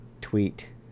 tweet